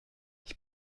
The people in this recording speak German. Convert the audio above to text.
ich